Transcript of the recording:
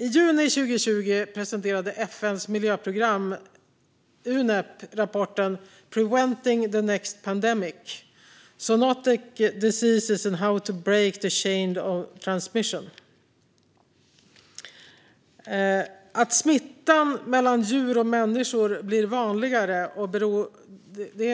I juni 2020 presenterade FN:s miljöprogram Unep rapporten Preventing the Next Pandemic - Zoonotic Diseases and How to Break the Chain of Transmission . Att smittan mellan djur och människor blir vanligare